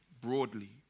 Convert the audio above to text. broadly